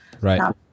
Right